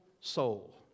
soul